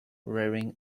wearing